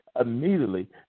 immediately